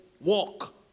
Walk